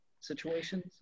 situations